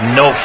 no